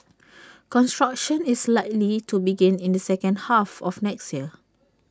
construction is likely to begin in the second half of next year